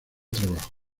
trabajo